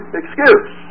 excuse